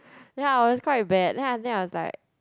ya I was quite bad then after that I was like